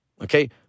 Okay